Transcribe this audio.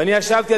ואני ישבתי,